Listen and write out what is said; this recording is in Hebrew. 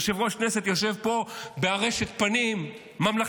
יושב-ראש כנסת יושב פה בארשת פנים ממלכתית.